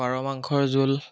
পাৰ মাংসৰ জোল